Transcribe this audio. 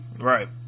right